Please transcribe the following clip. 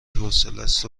حوصلست